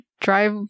drive